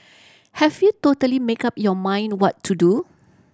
have we totally make up your mind what to do